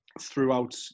throughout